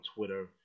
Twitter